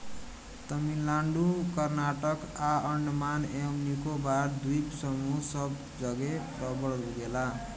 तमिलनाडु कर्नाटक आ अंडमान एवं निकोबार द्वीप समूह सब जगे रबड़ उगेला